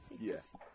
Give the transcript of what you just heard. yes